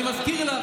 אני מזכיר לך,